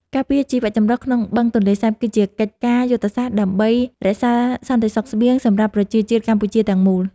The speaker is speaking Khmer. ការពារជីវចម្រុះក្នុងបឹងទន្លេសាបគឺជាកិច្ចការយុទ្ធសាស្ត្រដើម្បីរក្សាសន្តិសុខស្បៀងសម្រាប់ប្រជាជាតិកម្ពុជាទាំងមូល។